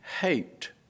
hate